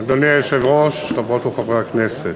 אדוני היושב-ראש, חברות וחברי הכנסת,